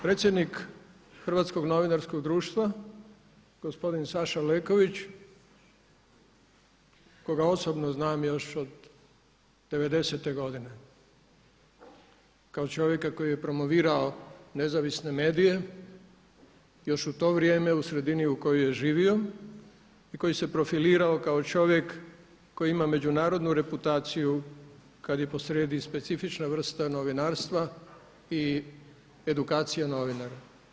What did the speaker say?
Predsjednik Hrvatskog novinarskog društva gospodin Saša Leković koga osobno znam još od '90. godine kao čovjeka koji je promovirao nezavisne medije još u to vrijeme u sredini u kojoj je živio i koji se profilirao kao čovjek koji ima međunarodnu reputaciju kad je posrijedi specifična vrsta novinarstva i edukacija novinara.